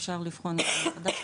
אפשר לבחון אותו מחדש,